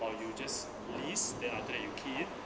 or you just list then after that you key in